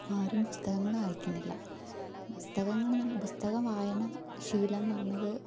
ആരും പുസ്തകങ്ങൾ വായിക്കുന്നില്ല പുസ്തകങ്ങളെന്ന് പുസ്തകം വായന ശീലം എന്ന് പറഞ്ഞത്